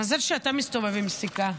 מזל שאתה מסתובב עם סיכה,